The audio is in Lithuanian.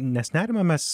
nes nerimą mes